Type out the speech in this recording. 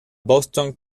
boston